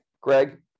Greg